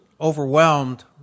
overwhelmed